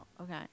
okay